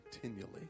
continually